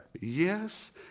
yes